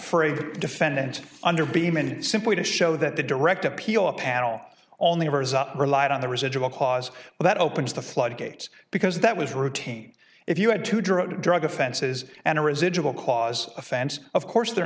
for a defendant under beeman simply to show that the direct appeal panel on the result relied on the residual cause that opens the floodgates because that was routine if you had to draw drug offenses and a residual cause offense of course they're